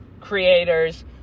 creators